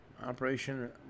Operation